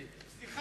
סליחה.